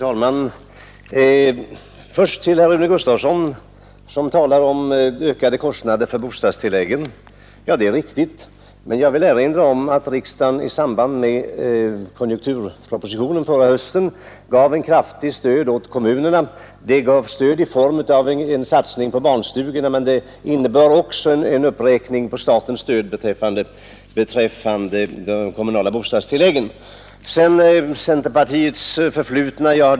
Herr talman! Herr Rune Gustavsson sade att kostnaderna för bostadstilläggen har ökat. Det är riktigt, men jag vill erinra om att riksdagen i samband med behandlingen av konjunkturpropositionen förra hösten gav ett kraftigt stöd åt kommunerna. De fick stöd i form av en satsning på barnstugorna men också i form av en uppräkning av statens stöd till kommunala bostadstillägg. Herr Gustavsson talade också om centerpartiets förflutna.